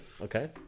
Okay